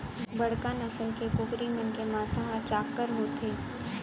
बड़का नसल के कुकरी मन के माथा ह चाक्कर होथे